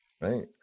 right